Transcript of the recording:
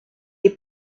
est